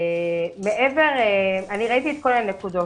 אני ראיתי את כל הנקודות.